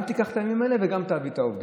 גם תיקח את הימים האלה וגם תעביד את העובדים?